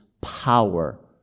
power